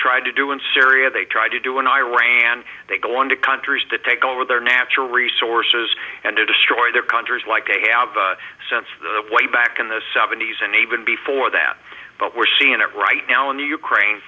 tried to do in syria they tried to do in iran they go on to countries to take over their natural resources and to destroy their countries like they have since that way back in the seventy's and even before that but we're seeing it right now in the ukraine